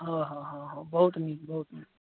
हँ हँ हँ हँ बहुत नीक बहुत नीक